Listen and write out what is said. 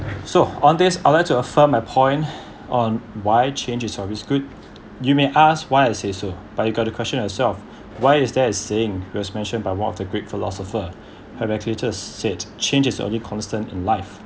so on this I'll like to affirm a point on why change is always good you may ask why I say so but you gotta question yourself why is there a saying who has mentioned by one of the great philosopher Heraclitus said change is only constant in life